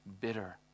Bitter